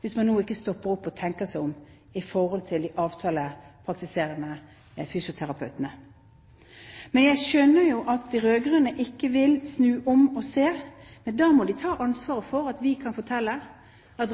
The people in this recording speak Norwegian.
hvis man nå ikke stopper opp og tenker seg om når det gjelder de avtalepraktiserende fysioterapeutene. Jeg skjønner jo at de rød-grønne ikke vil snu om og se, men da må de ta ansvaret for at vi kan fortelle at